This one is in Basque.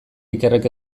ikerrek